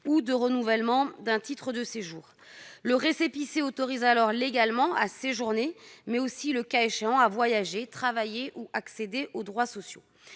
ou de renouvellement d'un titre de séjour. Le récépissé autorise alors légalement cette personne à séjourner, mais aussi, le cas échéant, à voyager, à travailler ou à accéder aux droits sociaux.